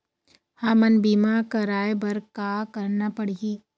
हमन बीमा कराये बर का करना पड़ही?